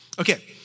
Okay